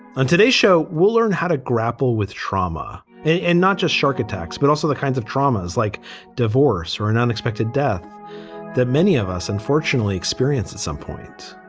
on today's show, we'll learn how to grapple with trauma and not just shark attacks, but also the kinds of traumas like divorce or an unexpected death that many of us, unfortunately, experience at some point.